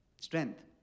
Strength